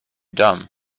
dumb